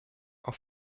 auf